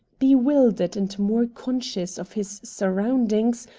bewildered and more conscious of his surroundings,